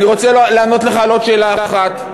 אני רוצה לענות לך על עוד שאלה אחת,